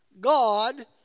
God